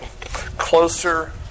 Closer